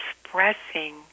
expressing